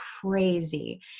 crazy